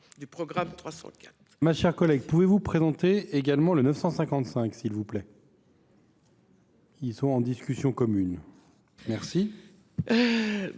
du programme 304